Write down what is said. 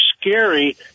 scary